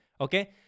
Okay